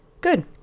Good